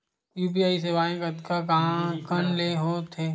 UPI सेवाएं कतका कान ले हो थे?